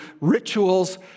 rituals